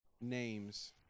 names